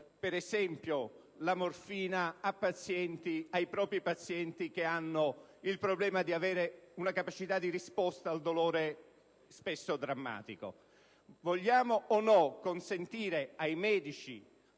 per esempio, la morfina ai propri pazienti che hanno il problema di avere una capacità di risposta ad un dolore spesso drammatico? Vogliamo o no consentire ai medici,